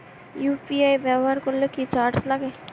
UPI ব্যবহার করলে কি চার্জ লাগে?